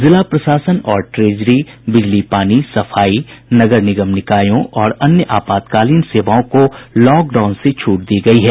जिला प्रशासन और ट्रेजरी बिजली पानी सफाई नगर निगम निकायों और अन्य आपातकालीन सेवाओं को लॉकडाउन से छूट दी गई है